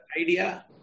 idea